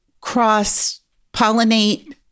cross-pollinate